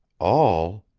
all!